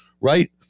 right